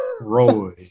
Roy